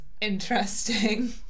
interesting